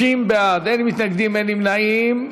30 בעד, אין מתנגדים, אין נמנעים.